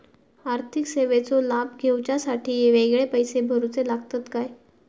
आर्थिक सेवेंचो लाभ घेवच्यासाठी वेगळे पैसे भरुचे लागतत काय?